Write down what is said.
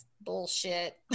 bullshit